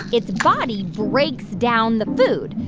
its body breaks down the food,